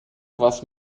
was